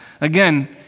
Again